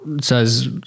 says